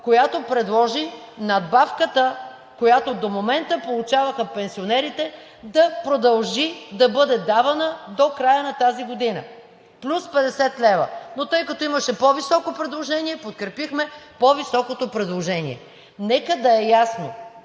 която предложи надбавката, която до момента получаваха пенсионерите, да продължи да бъде давана до края на тази година – плюс 50 лв., но тъй като имаше по-високо предложение, подкрепихме по-високото предложение. Нека да е ясно,